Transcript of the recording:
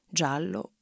giallo